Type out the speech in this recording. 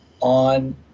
on